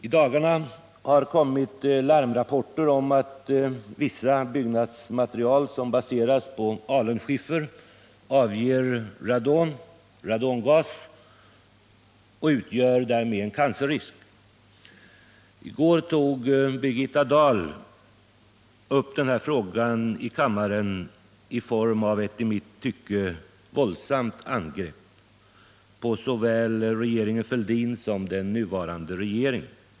I dagarna har det kommit larmrapporter om att vissa byggnadsmaterial, som baseras på alunskiffer, avger radongas och därmed utgör en cancerrisk. I går tog Birgitta Dahl upp denna fråga i kammaren i form av ett i mitt tycke våldsamt angrepp på såväl regeringen Fälldin som den nuvarande regeringen.